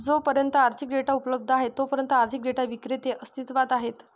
जोपर्यंत आर्थिक डेटा उपलब्ध आहे तोपर्यंत आर्थिक डेटा विक्रेते अस्तित्वात आहेत